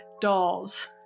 dolls